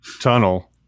tunnel